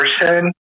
person